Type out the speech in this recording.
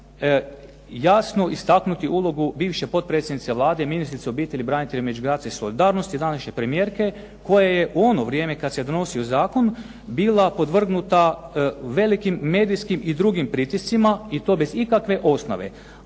jasno istaknuti ulogu bivše potpredsjednice Vlade ministrice obitelji, branitelja i međugeneracijske solidarnosti današnje premijerke koja je u ono vrijeme kad se donosio zakon bila podvrgnuta velikim medijskim i drugim pritiscima i to bez ikakve osnove